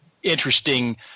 Interesting